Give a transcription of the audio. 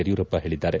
ಯಡಿಯೂರಪ್ಪ ಹೇಳಿದ್ದಾರೆ